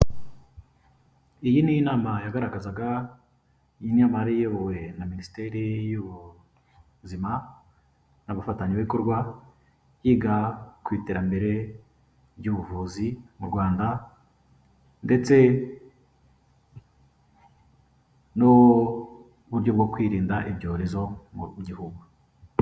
Iyi ni inama yagaragazaga iyi nama yari iyobowe na minisiteri y'ubuzima n'abafatanyabikorwa, yiga ku iterambere ry'ubuvuzi mu Rwanda ndetse n'uburyo bwo kwirinda ibyorezo mu gihugu.